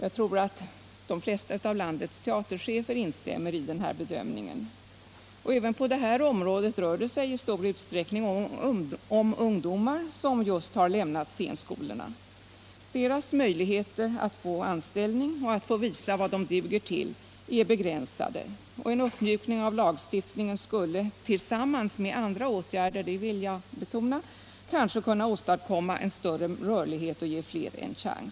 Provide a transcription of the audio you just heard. Jag tror att de flesta av landets teaterchefer instämmer i den bedömningen. Även på det här området rör det sig i stor utsträckning om ungdomar som just har lämnat scenskolorna. Deras möjligheter att få anställning och visa vad de duger till är begränsade, och en uppmjukning av lagstiftningen skulle tillsammans med andra åtgärder — det vill jag betona —- kanske åstadkomma en större rörlighet.